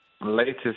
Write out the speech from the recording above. latest